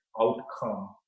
outcome